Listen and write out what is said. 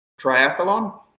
Triathlon